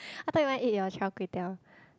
I thought you want to eat your char-kway-teow